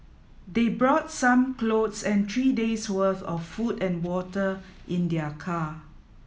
they brought some clothes and three days' worth of food and water in their car